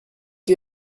you